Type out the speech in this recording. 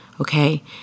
okay